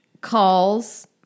calls